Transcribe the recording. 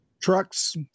trucks